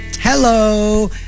Hello